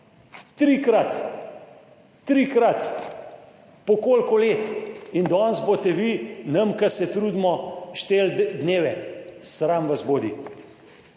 Trikrat! Trikrat po koliko let? n danes boste vi nam, ki se trudimo, šteli dneve? Sram vas bodi.